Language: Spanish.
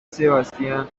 sebastián